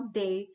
day